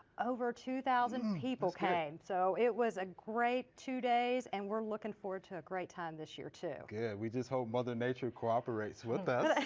over two thousand people came so it was a great two days and we're looking forward to a great time this year, too. good, we just hope mother nature cooperates with us.